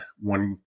one